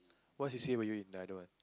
what c_c_a were you in the other one